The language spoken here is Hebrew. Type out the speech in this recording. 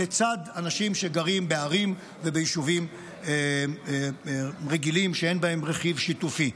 לצד אנשים שגרים בערים וביישובים רגילים שאין בהם רכיב שיתופי.